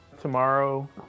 tomorrow